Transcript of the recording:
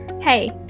Hey